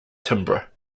timbre